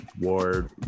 war